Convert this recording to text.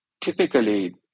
typically